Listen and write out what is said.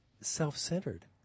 self-centered